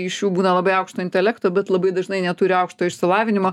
iš jų būna labai aukšto intelekto bet labai dažnai neturi aukštojo išsilavinimo